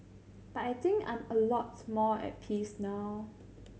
but I think I'm a lot more at peace now